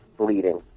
bleeding